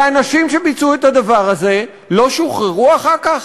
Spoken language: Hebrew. והאנשים שביצעו את הדבר הזה לא שוחררו אחר כך?